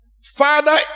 Father